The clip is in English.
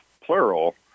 plural